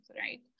right